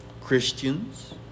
Christians